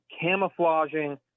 camouflaging